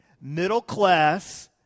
middle-class